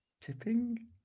Tipping